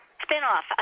Spin-off